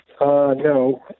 No